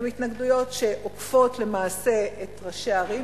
הן התנגדויות שעוקפות למעשה את ראשי הערים,